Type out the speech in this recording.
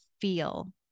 feel